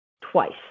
Twice